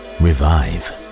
revive